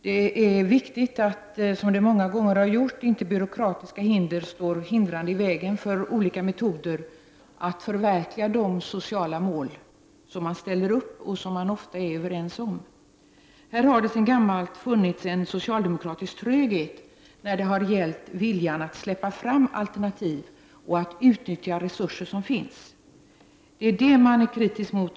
Det är viktigt att byråkratiska hinder inte står i vägen för olika metoder att förverkliga de sociala mål som man ställer upp och som man ofta är överens om. Här har sedan gammalt funnits en socialdemokratiskt tröghet när det gäller viljan att släppa fram alternativ och att utnyttja resurser som finns. Det är det man är kritisk mot.